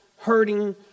hurting